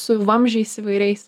su vamzdžiais įvairiais